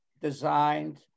designed